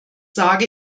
sage